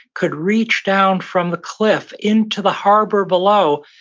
could reach down from the cliff into the harbor below,